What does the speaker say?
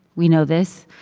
we know this.